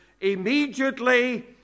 immediately